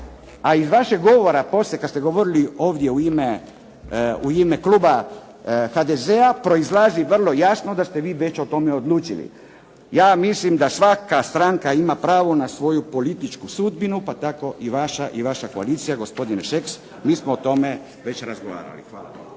a iz vašeg govora poslije kad ste govorili ovdje u ime kluba HDZ-a proizlazi vrlo jasno da ste vi već o tome odlučili. Ja mislim da svaka stranka ima pravo na svoju političku sudbinu pa tako i vaša i vaša koalicija, gospodine Šeks mi smo o tome već razgovarali. Hvala.